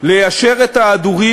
ליישר את ההדורים,